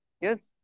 Yes